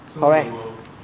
correct